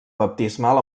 baptismal